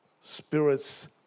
spirits